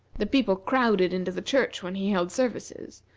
the people crowded into the church when he held services,